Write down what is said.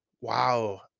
wow